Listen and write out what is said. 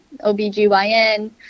OBGYN